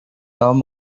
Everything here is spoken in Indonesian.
tom